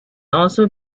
also